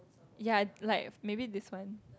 ya like maybe this one